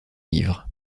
livre